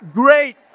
great